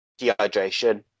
dehydration